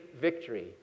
victory